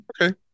Okay